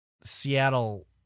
Seattle